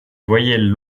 voyelles